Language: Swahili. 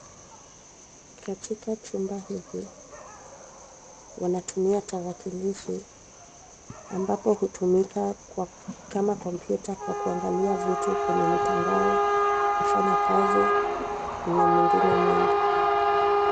Katika chumba hiki, wanatumia tarakilishi, ambapo inatumika kwa, kama kompyuta kwa kuangalia vitu kwenye mitandao, kufanya kazi, na mengine mengi.